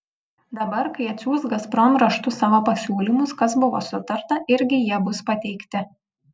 dabar kai atsiųs gazprom raštu savo pasiūlymus kas buvo sutarta irgi jie bus pateikti